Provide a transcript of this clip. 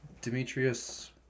Demetrius